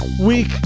week